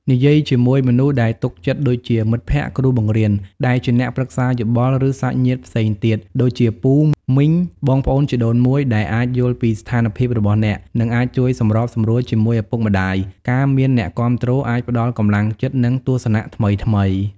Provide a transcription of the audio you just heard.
និយាយជាមួយមនុស្សដែលទុកចិត្តដូចជា មិត្តភក្តិ គ្រូបង្រៀន ដែលជាអ្នកប្រឹក្សាយោបល់ ឬ សាច់ញាតិផ្សេងទៀត ដូចជាពូ មីង បងប្អូនជីដូនមួយ ដែលអាចយល់ពីស្ថានភាពរបស់អ្នក និងអាចជួយសម្របសម្រួលជាមួយឪពុកម្ដាយ ការមានអ្នកគាំទ្រអាចផ្ដល់កម្លាំងចិត្ត និងទស្សនៈថ្មីៗ។